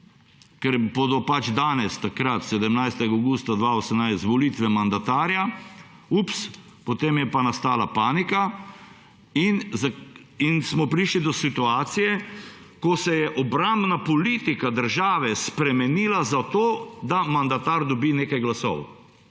ker bodo tistega dne, 17. avgusta 2018, volitve mandatarja, ups, potem je pa nastala panika in smo prišli do situacije, ko se je obrambna politika države spremenila zato, da mandatar dobi nekaj glasov.